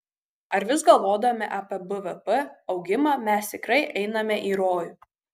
ar vis galvodami apie bvp augimą mes tikrai einame į rojų